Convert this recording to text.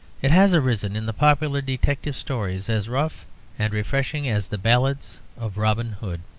it has arisen in the popular detective stories, as rough and refreshing as the ballads of robin hood.